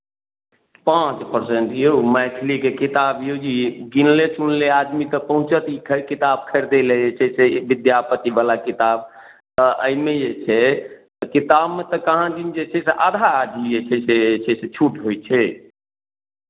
पाँच परसेन्ट यौ मैथिलीके किताब यौ जी गिनले चुनले आदमी तऽ पहुँचत ई ख् किताब खरीदय लेल जे छै से विद्यापतिवला किताब तऽ एहिमे जे छै किताबमे तऽ कहाँदिन जे छै से आधा आधी जे छै से जे छै से छूट होइ छै